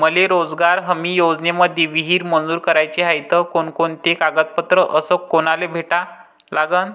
मले रोजगार हमी योजनेमंदी विहीर मंजूर कराची हाये त कोनकोनते कागदपत्र अस कोनाले भेटा लागन?